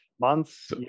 Months